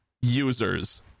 users